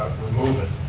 remove it.